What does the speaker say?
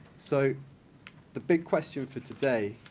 so the big question for today,